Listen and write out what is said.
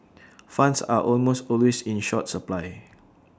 funds are almost always in short supply